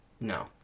No